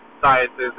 sciences